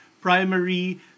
primary